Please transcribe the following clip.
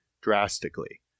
drastically